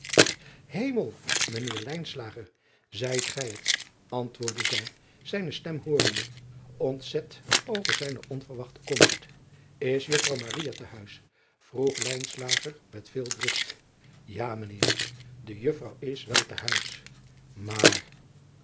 emel mijn eer zijt gij het antwoordde zij zijne stem hoorende ontzet over zijne onverwachte komst s uffrouw te huis vroeg met veel drift a mijn eer de uffrouw is wel te huis maar